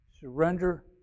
surrender